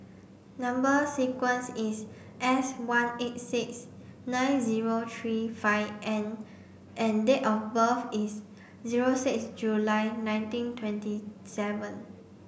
number sequence is S one eight six nine zero three five N and date of birth is zero six July nineteen twenty seven